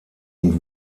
und